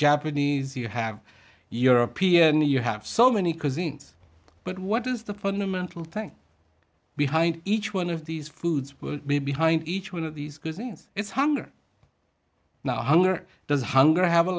japanese you have european you have so many cousins but what is the fundamental thing behind each one of these foods will be behind each one of these cuisines it's hunger now hunger does hunger have a